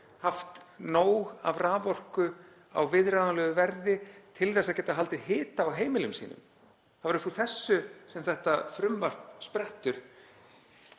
haft nóg af raforku á viðráðanlegu verði til þess að geta haldið hita á heimilum sínum. Það er upp úr þessu sem þetta frumvarp sprettur